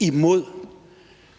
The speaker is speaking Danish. imod